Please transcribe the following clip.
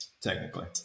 Technically